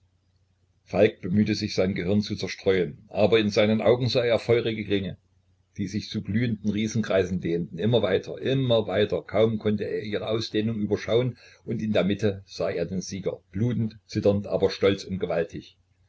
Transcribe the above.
falk bemühte sich sein gehirn zu zerstreuen aber in seinen augen sah er feurige ringe die sich zu glühenden riesenkreisen dehnten immer weiter immer weiter kaum konnte er ihre ausdehnung überschauen und in der mitte sah er den sieger blutend zitternd aber stolz und gewaltig